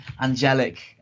angelic